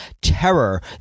terror